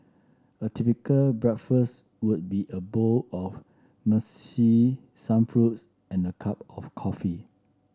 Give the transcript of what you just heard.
a typical breakfast would be a bowl of muesli some fruits and a cup of coffee